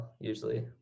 usually